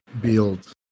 build